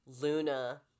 Luna